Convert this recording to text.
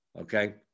Okay